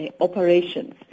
operations